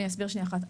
אני אסביר שנייה אחת.